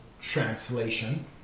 translation